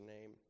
name